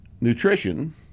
nutrition